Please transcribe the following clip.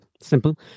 simple